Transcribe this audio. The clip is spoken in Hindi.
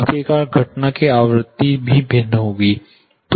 आखिरकार घटना की आवृत्ति भी भिन्न होगी